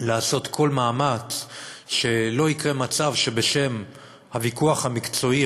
לעשות כל מאמץ שלא יקרה מצב שבשם הוויכוח המקצועי,